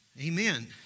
Amen